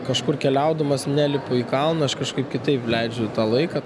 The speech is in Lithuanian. kažkur keliaudamas nelipu į kalną aš kažkaip kitaip leidžiu tą laiką